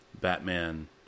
Batman